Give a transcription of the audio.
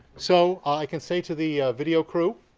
so i can say to the video crew